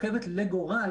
הרכבת לגורל